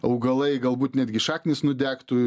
augalai galbūt netgi šaknys nudegtų